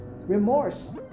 remorse